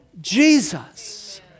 Jesus